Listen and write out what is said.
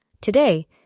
Today